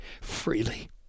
freely